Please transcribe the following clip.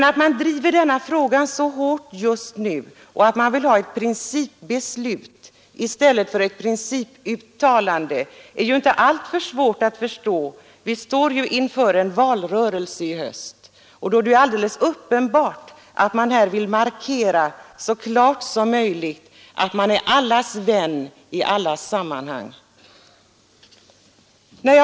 Att man driver denna fråga så hårt just nu och att man vill ha ett principbeslut i stället för ett principuttalande är ju inte alltför svårt att förstå. Vi står ju inför en valrörelse i höst, och då är det alldeles uppenbart att man vill så klart som möjligt markera att man är allas vän i alla sammanhang.